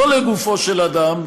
לא לגופו של אדם,